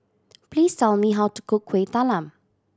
please tell me how to cook Kuih Talam